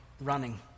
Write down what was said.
running